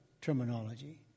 terminology